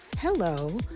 Hello